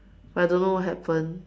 but I don't know what happened